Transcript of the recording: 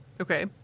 Okay